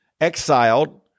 exiled